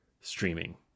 streaming